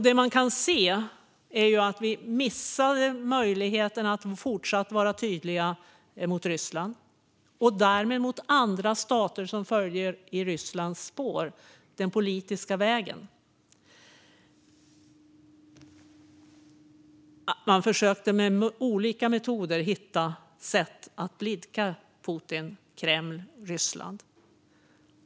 Det man kan se är att vi missade möjligheten att fortsatt vara tydliga mot Ryssland och därmed mot andra stater som följer i Rysslands spår på den politiska vägen. I stället försökte man med olika metoder att hitta sätt att blidka Putin, Kreml och Ryssland.